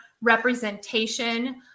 representation